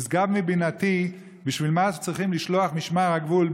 נשגב מבינתי בשביל מה צריכים לשלוח משמר הגבול,